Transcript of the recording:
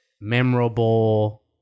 memorable